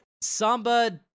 Samba